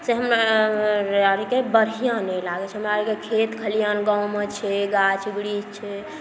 से हमरा आरके बढ़िआँ नहि लागै छै हमरा आरके खेत खलिहान गाँवमे छै गाछ वृक्ष छै